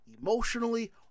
emotionally